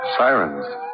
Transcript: Sirens